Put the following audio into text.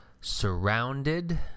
surrounded